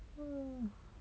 um